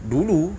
Dulu